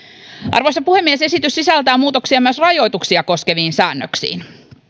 arvoisa puhemies esitys sisältää muutoksia myös rajoituksia koskeviin säännöksiin